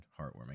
heartwarming